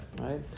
right